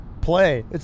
play